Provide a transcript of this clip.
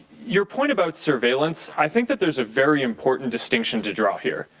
your point about surveillance, i think that there is a very important distinction to draw here.